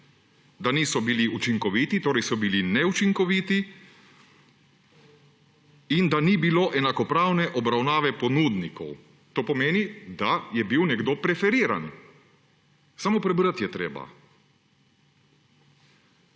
da niso bili učinkoviti, torej so bili neučinkoviti, in da ni bilo enakopravne obravnave ponudnikov, to pomeni, da je bil nekdo preferiran. Samo prebrati je treba.